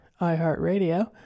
iHeartRadio